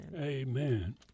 Amen